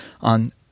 on